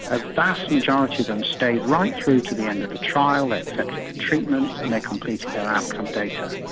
a vast majority of them stayed right through to the end of the trial they accepted the treatments and they completed our outcome data.